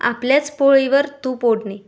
आपल्याच पोळीवर तू ओढणे